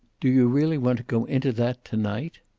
do you really want to go into that, to-night?